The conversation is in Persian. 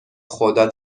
خدا